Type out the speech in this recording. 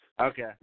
Okay